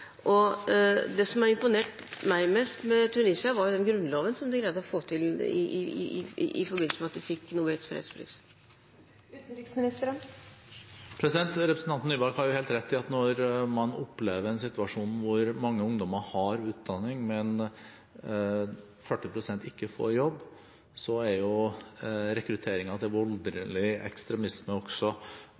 arbeid. Det som har imponert meg mest med Tunisia, var den grunnloven som de greide å få til i forbindelse med at de fikk Nobels fredspris. Representanten Nybakk har helt rett i at når man opplever en situasjon hvor mange ungdommer har utdanning, men 40 pst. ikke får jobb, er rekrutteringen til voldelig ekstremisme